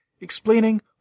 explaining